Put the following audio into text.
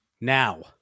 Now